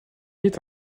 est